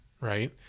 right